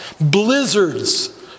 blizzards